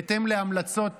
-- בהתאם להמלצות